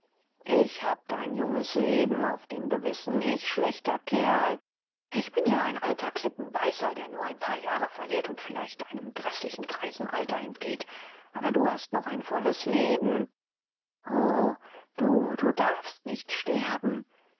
ich hab dein junges leben auf dem gewissen ich schlechter kerl ich bin ja ein alter klippenbeißer der nur ein paar jahre verliert und vielleicht einem lästigen greisenalter entgeht aber du hast noch ein volles leben o du du darfst nicht sterben